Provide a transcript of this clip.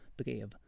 brev